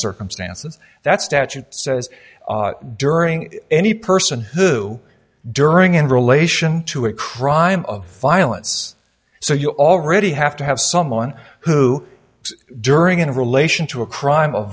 circumstances that statute says during during any person who during in relation to a crime of violence so you already have to have someone who during in relation to a crime of